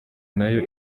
nayo